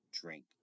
drink